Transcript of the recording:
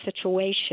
situation